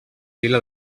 fila